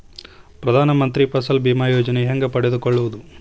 ಪ್ರಧಾನ ಮಂತ್ರಿ ಫಸಲ್ ಭೇಮಾ ಯೋಜನೆ ಹೆಂಗೆ ಪಡೆದುಕೊಳ್ಳುವುದು?